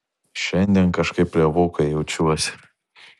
šiandien kažkaip lievokai jaučiuosi